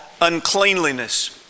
uncleanliness